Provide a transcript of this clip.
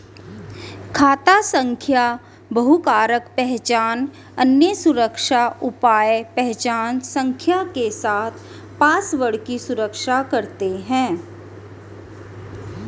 खाता संख्या बहुकारक पहचान, अन्य सुरक्षा उपाय पहचान संख्या के साथ पासवर्ड की सुरक्षा करते हैं